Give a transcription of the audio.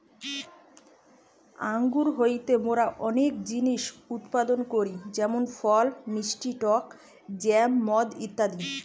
আঙ্গুর হইতে মোরা অনেক জিনিস উৎপাদন করি যেমন ফল, মিষ্টি টক জ্যাম, মদ ইত্যাদি